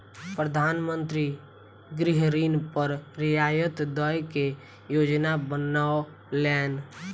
प्रधान मंत्री गृह ऋण पर रियायत दय के योजना बनौलैन